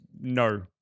no